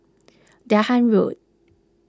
Dahan Road